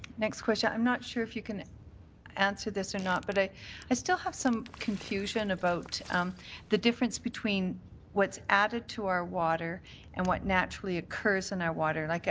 next question i'm not sure if you can answer this or not, but ah i still have some confusion about the difference between what's added to our water and what naturally occurs in our water. like